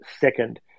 second